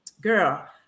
girl